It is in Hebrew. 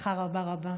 בהצלחה רבה רבה.